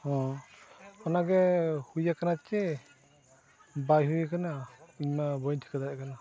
ᱚ ᱚᱱᱟᱜᱮ ᱦᱩᱭᱟᱠᱟᱱᱟ ᱥᱮ ᱵᱟᱭ ᱦᱩᱭ ᱠᱟᱱᱟ ᱤᱧ ᱢᱟ ᱵᱟᱹᱧ ᱴᱷᱤᱠᱟᱹ ᱫᱟᱲᱮᱭᱟᱜ ᱠᱟᱱᱟ